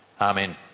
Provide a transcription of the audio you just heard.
Amen